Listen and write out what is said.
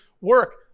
work